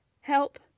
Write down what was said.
Help